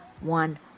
one